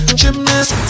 gymnast